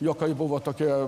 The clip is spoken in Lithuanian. juokai buvo tokie